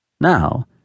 Now